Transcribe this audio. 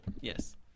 yes